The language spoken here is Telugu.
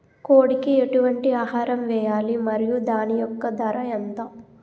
కోడి కి ఎటువంటి ఆహారం వేయాలి? మరియు దాని యెక్క ధర ఎంత?